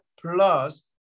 Plus